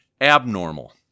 abnormal